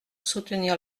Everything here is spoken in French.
soutenir